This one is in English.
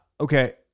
Okay